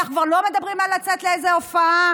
אנחנו לא מדברים על לצאת לאיזו הופעה